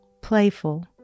playful